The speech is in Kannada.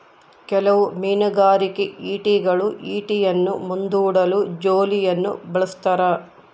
ಕೆಲವು ಮೀನುಗಾರಿಕೆ ಈಟಿಗಳು ಈಟಿಯನ್ನು ಮುಂದೂಡಲು ಜೋಲಿಯನ್ನು ಬಳಸ್ತಾರ